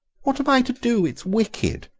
what am i to do? it's wicked!